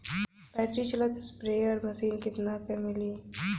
Battery चलत sprayer machine कितना क मिली?